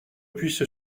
puisse